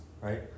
Right